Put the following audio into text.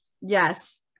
Yes